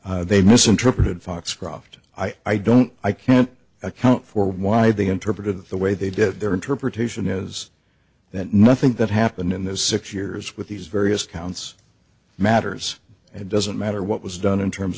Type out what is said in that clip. that they misinterpreted foxcroft i don't i can't account for why they interpreted that the way they did their interpretation is that nothing that happened in those six years with these various counts matters and it doesn't matter what was done in terms